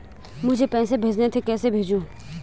मुझे पैसे भेजने थे कैसे भेजूँ?